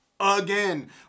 again